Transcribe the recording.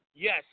Yes